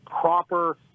proper